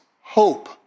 hope